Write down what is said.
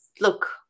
look